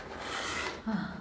ha